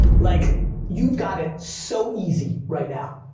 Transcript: like you've got it so easy right now.